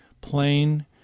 plain